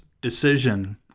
decision